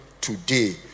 today